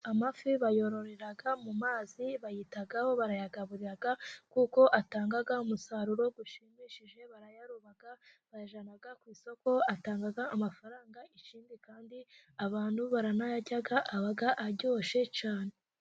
Amafi bayororera mu mazi, bayitaho, barayagaburira kuko atanga umusaruro ushimishije, barayaroba, bayajyana ku isoko, atanga amafaranga, ikindi kandi abantu baranayarya, aba aryoshye cyane.